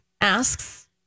asks